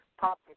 pop